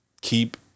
keep